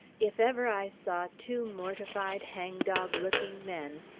if ever i saw two mortified, hangdog-looking men,